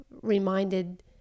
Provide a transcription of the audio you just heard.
reminded